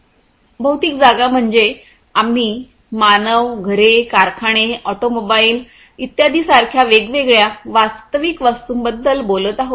भौतिक जागा म्हणजे आम्ही मानवघरे कारखाने ऑटोमोबाईलइत्यादी सारख्या वेगवेगळ्या वास्तविक वस्तूंबद्दल बोलत आहोत